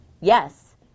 yes